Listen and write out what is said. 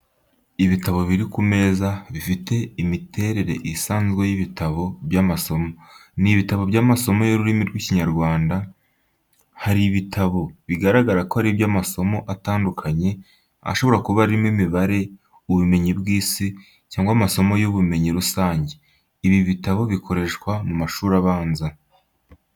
Ibitabo biri ku meza, bifite imiterere isanzwe y’ibitabo by’amasomo. Ni ibitabo by'amasomo y’ururimi rw'Ikinyarwanda. bHari ibindi bitabo bigaragara ko ari iby'amasomo atandukanye, ashobora kuba arimo imibare, ubumenyi bw’isi, cyangwa amasomo y’ubumenyi rusange. Ibi bitabo bikoreshwa mu mashuri abanza.